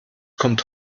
kommt